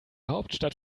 hauptstadt